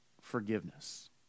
forgiveness